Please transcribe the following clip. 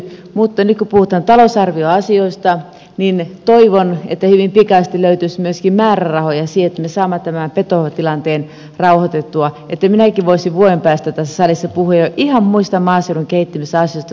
nyt kun puhutaan talousarvioasioista niin toivon että hyvin pikaisesti löytyisi myöskin määrärahoja siihen että me saamme tämän petotilanteen rauhoitettua niin että minäkin voisin vuoden päästä tässä salissa puhua jo ihan muista maaseudun kehittämisasioista kuin petotilanteesta